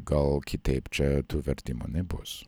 gal kitaip čia vertimo nebus